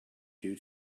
due